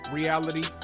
Reality